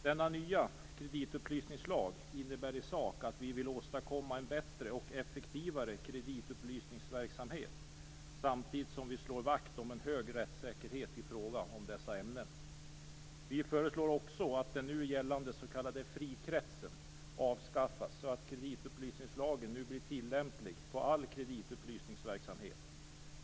Denna nya kreditupplysningslag innebär i sak att vi vill åstadkomma en bättre och effektivare kreditupplysningsverksamhet, samtidigt som vi slår vakt om en hög rättssäkerhet i fråga om dessa ämnen. Vi föreslår också att den nu gällande s.k. frikretsen avskaffas så att kreditupplysningslagen nu blir tillämplig på all kreditupplysningsverksamhet.